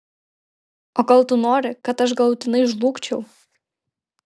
o gal tu nori kad aš galutinai žlugčiau